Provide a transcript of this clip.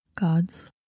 Gods